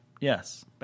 yes